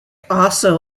also